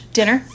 dinner